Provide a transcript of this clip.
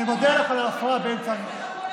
אני מודה לך על הפרעה באמצע הנאום.